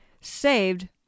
saved